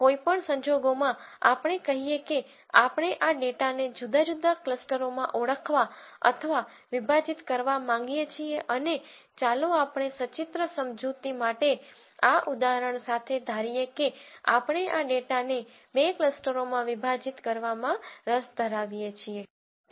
કોઈ પણ સંજોગોમાં આપણે કહીએ કે આપણે આ ડેટાને જુદા જુદા ક્લસ્ટરોમાં ઓળખવા અથવા વિભાજિત કરવા માંગીએ છીએ અને ચાલો આપણે સચિત્ર સમજૂતી માટે આ ઉદાહરણ સાથે ધારીએ કે આપણે આ ડેટાને બે ક્લસ્ટરોમાં વિભાજિત કરવામાં રસ ધરાવીએ છીએ